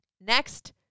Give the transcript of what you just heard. Next